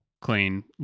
clean